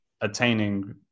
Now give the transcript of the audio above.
attaining